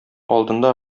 алдында